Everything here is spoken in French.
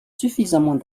suffisamment